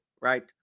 right